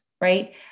right